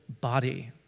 body